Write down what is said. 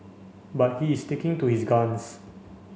but he is sticking to his guns